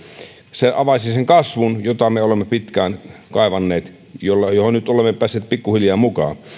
se avaisi sen kasvun jota me olemme pitkään kaivanneet ja johon nyt olemme päässeet pikkuhiljaa mukaan